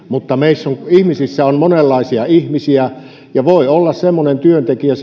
mutta meissä on monenlaisia ihmisiä ja työyhteisössä voi olla semmoinen työntekijä